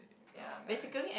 ah nice